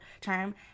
term